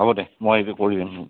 হ'ব দে মই এইটাে কৰি দিম